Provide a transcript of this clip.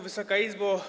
Wysoka Izbo!